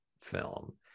film